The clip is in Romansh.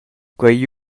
quei